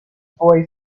boy